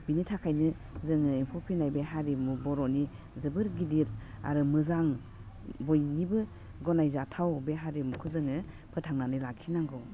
बिनि थाखायनो जोङो एम्फौ फिसिनाय बे हारिमु बर'नि जोबोर गिदिर आरो मोजां बयनिबो गनायजाथाव बे हारिमुखौ जोङो फोथांनानै लाखिनांगौ